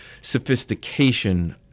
sophistication